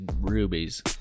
rubies